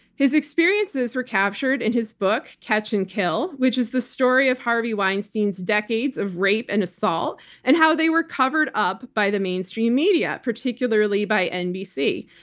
his experiences were captured in his book, catch and kill, which is the story of harvey weinstein's decades of rape and assault and how they were covered up by the mainstream media, particularly by nbc.